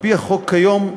על-פי החוק כיום,